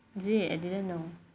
is it I didn't know